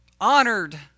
honored